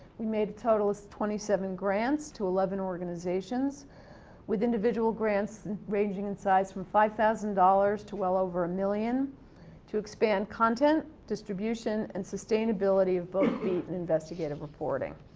we made a total of twenty seven grants to eleven organizations with individual grants ranging in size from five thousand dollars to well over a million to expand content, distribution, and sustainability of both beat and investigative reporting.